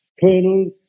Colonel